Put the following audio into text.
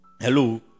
Hello